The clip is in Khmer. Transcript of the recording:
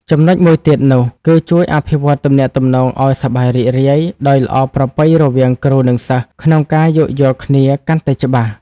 ចំណុចមួយទៀតនោះ គឺជួយអភិវឌ្ឍទំនាក់ទំនងឱ្យសប្បាយរីករាយដោយល្អប្រពៃរវាងគ្រូនិងសិស្សក្នុងការយោគយល់គ្នាកាន់តែច្បាស់។